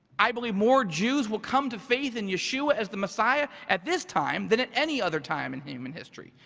i believe more jews will come to faith in yeshua as the messiah at this time than at any other time in human history.